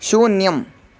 शून्यम्